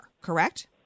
correct